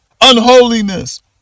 unholiness